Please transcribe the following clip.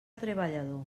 treballador